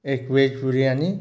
एक वेज बिरयानी